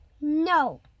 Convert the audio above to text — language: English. No